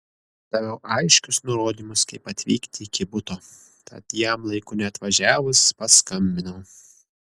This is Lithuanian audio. daviau aiškius nurodymus kaip atvykti iki buto tad jam laiku neatvažiavus paskambinau